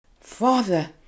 Father